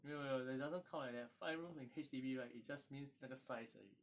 没有没有 it doesn't count like that five room in H_D_B right it just means 那个 size 而已